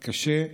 קשה.